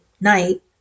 night